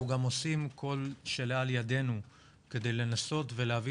אנחנו גם עושים כל שלאל ידינו כדי לנסות ולהביא